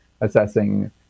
assessing